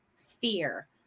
sphere